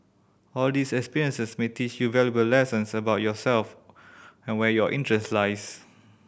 all these experiences may teach you valuable lessons about yourself and where your interest lies